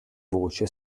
voce